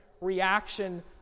reaction